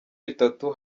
bitatu